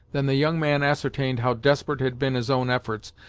than the young man ascertained how desperate had been his own efforts,